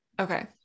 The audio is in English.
okay